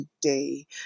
today